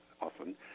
often